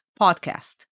podcast